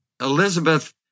Elizabeth